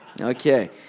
Okay